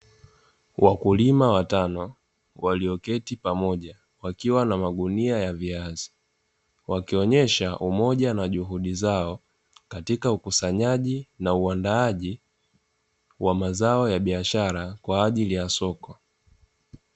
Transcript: Wakulima watano walioketi pamoja wakiwa na magunia ya viazi wakionesha umoja na juhudi zao katika ukusanyaji na uandaji wa mazao ya biashara katika soko.